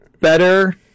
better